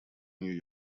нью